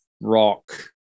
rock